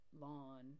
lawn